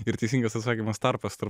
ir teisingas atsakymas tarpas tarp